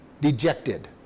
dejected